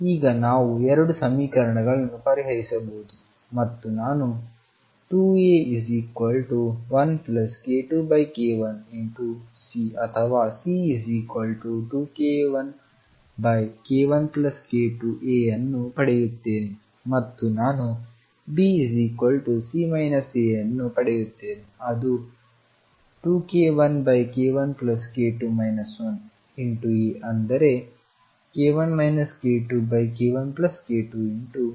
ಈಗ ನಾವು ಎರಡು ಸಮೀಕರಣಗಳನ್ನು ಪರಿಹರಿಸಬಹುದು ಮತ್ತು ನಾನು 2A1k2k1C ಅಥವಾ C2k1k1k2A ಅನ್ನು ಪಡೆಯುತ್ತೇನೆ ಮತ್ತು ನಾನು BC A ಅನ್ನು ಪಡೆಯುತ್ತೇನೆ ಅದು 2k1k1k2 1A ಅಂದರೆ k1 k2k1k2 B